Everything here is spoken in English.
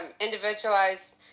individualized